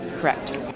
Correct